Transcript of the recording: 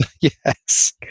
Yes